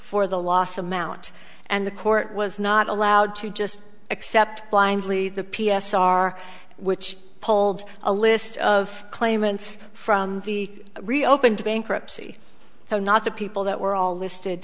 for the loss amount and the court was not allowed to just accept blindly the p s r which polled a list of claimants from the reopened bankruptcy so not the people that were all listed